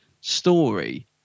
story